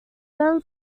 them